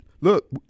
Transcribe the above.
look